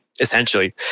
essentially